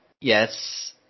yes